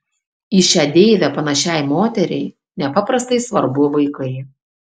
į šią deivę panašiai moteriai nepaprastai svarbu vaikai